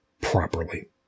properly